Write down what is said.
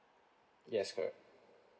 yes correct